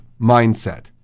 Mindset